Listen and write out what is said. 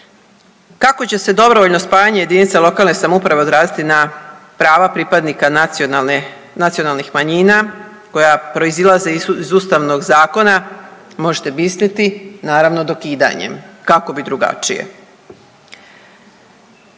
Kako će se dobrovoljno spajanje jedinica lokalne samouprave odraziti na prava pripadnika nacionalne, nacionalnih manjina koja proizlaze iz ustavnog zakona možete misliti, naravno dokidanjem, kako bi drugačije.